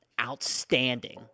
outstanding